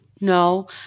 No